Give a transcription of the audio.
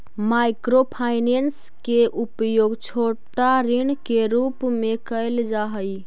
micro finance के उपयोग छोटा ऋण के रूप में कैल जा हई